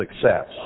success